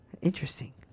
Interesting